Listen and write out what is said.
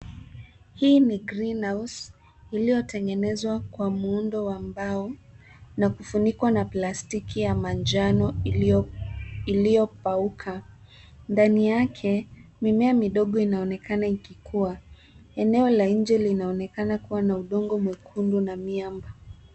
Hii ni green house iliyotengenezwa kwa muundo wa mbao na kufunikwa na plastiki ya manjano iliyopauka. Ndani yake, mimea midogo inaonekana ikikua . Eneo la nje linaonekana kuwa na udongo mwekundu na miamba.